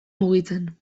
mugitzen